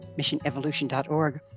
missionevolution.org